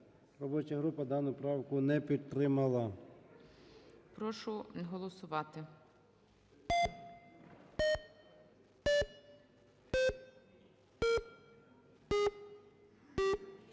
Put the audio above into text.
робоча група дану правку не підтримала.